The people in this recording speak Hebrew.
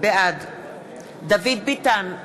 בעד דוד ביטן,